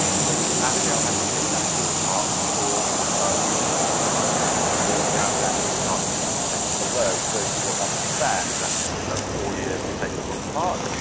um so, abigail had to take that glue apart before we could even begin to image and to do it without damaging the archimedes text below. so, you will understand that it took her four years to take the book apart.